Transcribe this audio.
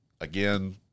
again